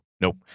nope